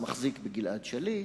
מחזיק בגלעד שליט,